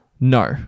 No